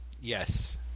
Yes